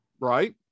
right